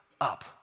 up